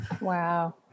Wow